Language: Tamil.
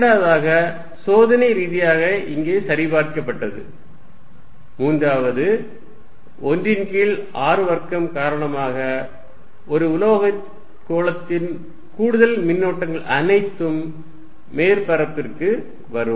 இரண்டாவதாக சோதனை ரீதியாக இங்கே சரிபார்க்கப்பட்டது மூன்றாவது 1 ன் கீழ் r வர்க்கம் காரணமாக ஒரு உலோகக் கோளத்தில் கூடுதல் மின்னூட்டங்கள் அனைத்தும் மேற்பரப்பிற்கு வரும்